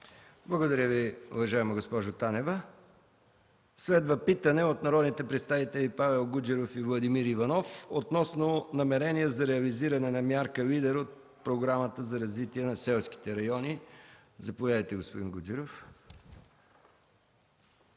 Благодаря Ви, госпожо Танева. Следва питане от народните представители Павел Гуджеров и Владимир Иванов относно намерение за реализиране на Мярка „Лидер” от Програмата за развитие на селските райони. Заповядайте, господин Гуджеров.